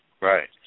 Right